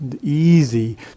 Easy